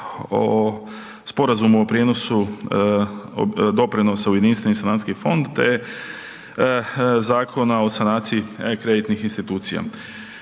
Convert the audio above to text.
o Sporazumu o prijenosu doprinosa u Jedinstveni sanacijski fond te Zakona o sanaciji kreditnih institucija.